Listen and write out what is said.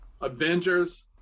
Avengers